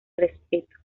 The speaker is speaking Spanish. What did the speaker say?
respeto